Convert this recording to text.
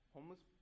Homeless